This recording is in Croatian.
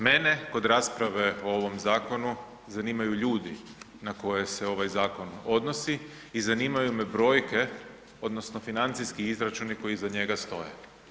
Mene kod rasprave o ovom zakonu zanimaju ljudi na koje se ovaj zakon odnosi i zanimaju me brojke odnosno financijski izračuni koji iza njega stoje.